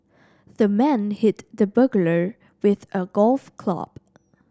the man hit the burglar with a golf club